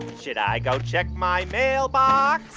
should i go check my mailbox?